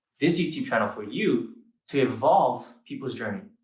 this youtube channel. for you to evolve people's journey.